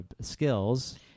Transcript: skills